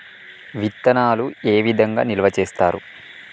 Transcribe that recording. విత్తనాలు ఏ విధంగా నిల్వ చేస్తారు?